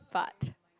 but